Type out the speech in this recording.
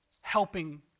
helping